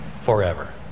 forever